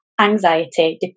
anxiety